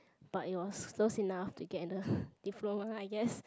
but it was close enough to get in the diploma I guess